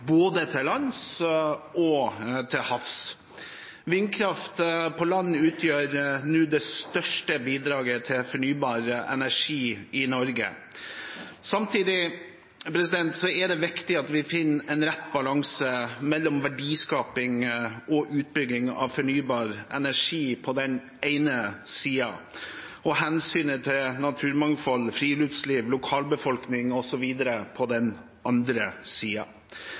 både til lands og til havs. Vindkraft på land utgjør nå det største bidraget til fornybar energi i Norge. Samtidig er det viktig at vi finner en rett balanse mellom verdiskaping og utbygging av fornybar energi på den ene siden, og hensynet til naturmangfold, friluftsliv og lokalbefolkning osv. på den den andre